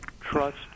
trust